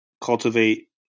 cultivate